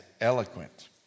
eloquent